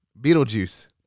Beetlejuice